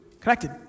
connected